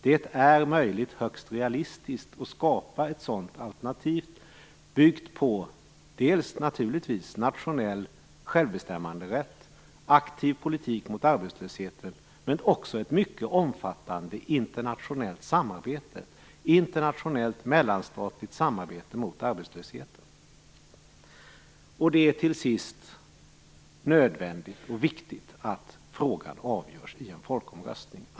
Det är möjligt och högst realistiskt att skapa ett sådant alternativ byggt på nationell självbestämmanderätt, aktiv politik mot arbetslösheten och även ett mycket omfattande internationellt samarbete, ett internationellt mellanstatligt samarbete mot arbetslösheten. Till sist är det nödvändigt och viktigt att frågan avgörs i en folkomröstning.